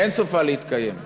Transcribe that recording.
אין סופה להתקיים,